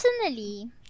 personally